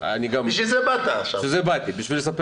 בשביל זה באתי, בשביל לספר